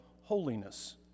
holiness